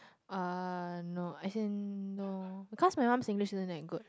uh no as in no because my mum English isn't that good